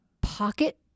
pocket